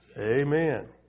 Amen